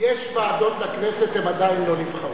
יש ועדות לכנסת, הן עדיין לא נבחרו.